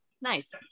Nice